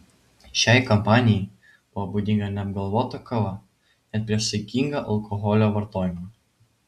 šiai kampanijai buvo būdinga neapgalvota kova net prieš saikingą alkoholio vartojimą